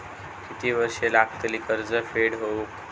किती वर्षे लागतली कर्ज फेड होऊक?